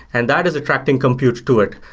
and that is attracting compute to it.